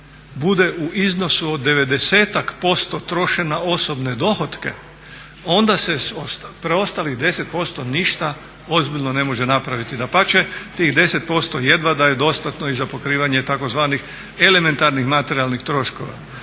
bude u iznosu od 90-ak% troše na osobne dohotke onda se s preostalih 10% ništa ozbiljno ne može napraviti. Dapače, tih 10% jedva da je dostatno i za pokrivanje tzv. elementarnih materijalnih troškova.